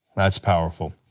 that's powerful.